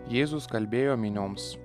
jėzus kalbėjo minioms